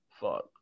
Fuck